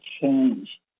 Change